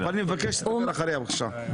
אני מבקש לדבר אחריה, בבקשה.